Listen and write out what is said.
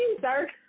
sir